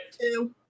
Two